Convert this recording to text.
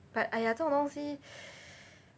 but !aiya! 这种东西